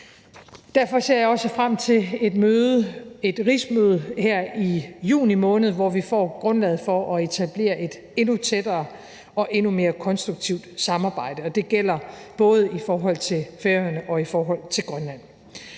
Derfor ser jeg også frem til et rigsmøde her i juni måned, hvor vi får grundlaget for at etablere et endnu tættere og endnu mere konstruktivt samarbejde. Det gælder både i forhold til Færøerne og i forhold til Grønland.